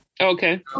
Okay